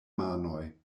manoj